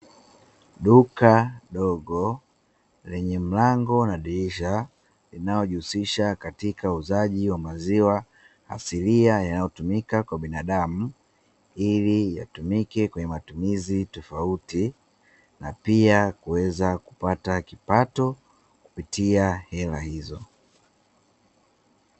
Duka dogo lenye mlango na dirisha linalojihusisha katika uuzaji wa maziwa asilia, yanayotumika kwa binadamu, ili yatumike kwenye matumizi tofauti na pia kuweza kupata kipato, kupitia hela hizo.